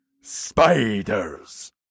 Spiders